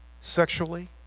sexually